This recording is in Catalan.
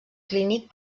clínic